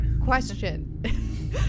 Question